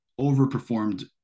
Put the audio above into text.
overperformed